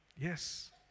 Yes